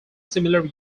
similar